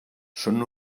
són